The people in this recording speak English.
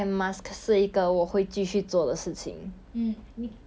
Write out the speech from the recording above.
orh from now on if you don't wear mask they won't fine you 三百块